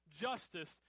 justice